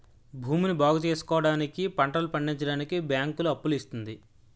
భూమిని బాగుచేసుకోవడానికి, పంటలు పండించడానికి బ్యాంకులు అప్పులు ఇస్తుంది